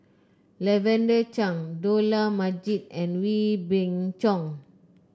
Lavender Chang Dollah Majid and Wee Beng Chong